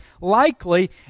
likely